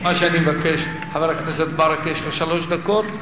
מה שאני מבקש, חבר הכנסת ברכה, יש לך שלוש דקות,